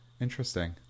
Interesting